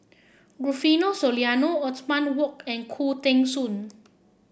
Rufino Soliano Othman Wok and Khoo Teng Soon